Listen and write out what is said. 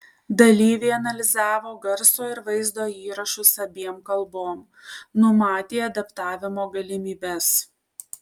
dalyviai analizavo garso ir vaizdo įrašus abiem kalbom numatė adaptavimo galimybes